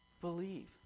Believe